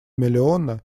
миллиона